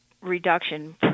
reduction